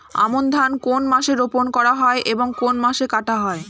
আমন ধান কোন মাসে রোপণ করা হয় এবং কোন মাসে কাটা হয়?